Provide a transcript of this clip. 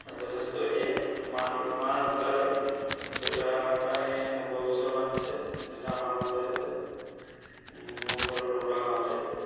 যথেষ্ট এতিয়া মা ঢু মা ঢুকালে দেউতা প্ৰায় নব্বৈ বছৰমান হৈছে দেউতা আমাৰ লগতে আছে মোৰ ঘৰ বৰুৱা গাঁৱতে